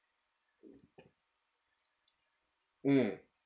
mm